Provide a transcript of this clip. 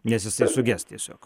nes jisai suges tiesiog